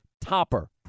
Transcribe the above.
TOPPER